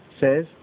says